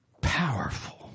powerful